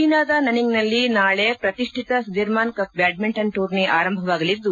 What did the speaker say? ಚೀನಾದ ನನಿಂಗ್ನಲ್ಲಿ ನಾಳೆ ಪ್ರತಿಷ್ಠಿತ ಸುದಿರ್ಮಾನ್ ಕಪ್ ಬ್ಯಾಡ್ಜಿಂಟನ್ ಟೂರ್ನಿ ಆರಂಭವಾಗಲಿದ್ದು